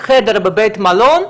חדר בבית מלון,